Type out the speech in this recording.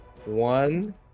One